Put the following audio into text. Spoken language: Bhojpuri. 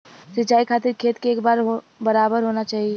सिंचाई खातिर खेत के एक बराबर होना चाही